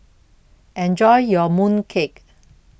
Enjoy your Mooncake